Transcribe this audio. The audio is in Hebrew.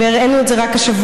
והראינו את זה רק השבוע.